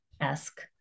esque